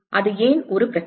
அது ஏன் ஒரு பிரச்சனை